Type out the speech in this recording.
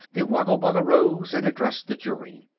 the woggle-bug arose and addressed the jury.